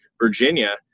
Virginia